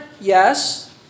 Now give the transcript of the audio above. Yes